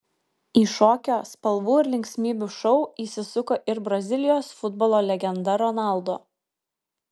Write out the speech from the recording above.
į šokio spalvų ir linksmybių šou įsisuko ir brazilijos futbolo legenda ronaldo